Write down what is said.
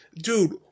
dude